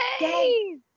Yay